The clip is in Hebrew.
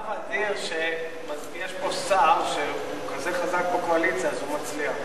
יש פה שר שהוא כזה חזק בקואליציה, שהוא מצליח.